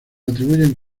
atribuyen